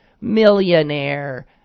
millionaire